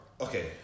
Okay